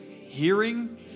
hearing